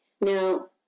Now